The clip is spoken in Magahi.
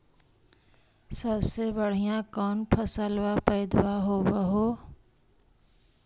सबसे बढ़िया कौन फसलबा पइदबा होब हो?